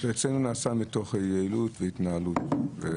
זה נעשה מתוך יעילות והתנהלות.